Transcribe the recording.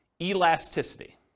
Elasticity